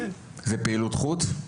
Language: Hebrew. זו פעילות חוץ?